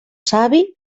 savi